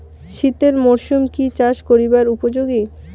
শীতের মরসুম কি চাষ করিবার উপযোগী?